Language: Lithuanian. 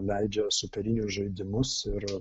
leidžia superinius žaidimus ir